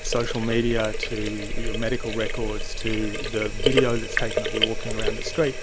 social media to your medical records to the video that is taken of you walking around the street,